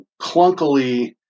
clunkily